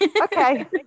Okay